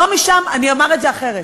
אומר את זה אחרת: